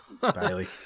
Bailey